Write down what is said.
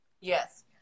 Yes